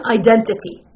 identity